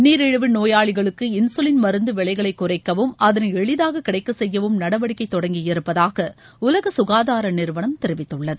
நீரிழிவு நோயாளிகளுக்கு இன்சுலின் மருந்து விலைகளை குறைக்கவும் அதனை எளிதாக கிடைக்கச் செய்யவும் நடவடிக்கை தொடங்கியிருப்பதாக உலக சுகாதார நிறுவனம் தெரிவித்துள்ளது